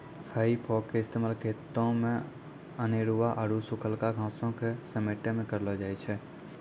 हेइ फोक के इस्तेमाल खेतो मे अनेरुआ आरु सुखलका घासो के समेटै मे करलो जाय छै